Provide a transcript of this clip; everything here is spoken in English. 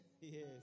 yes